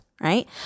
right